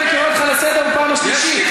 אני קורא אותך לסדר בפעם השלישית.